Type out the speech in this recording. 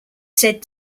said